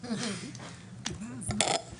זה יקר לנו מידי.״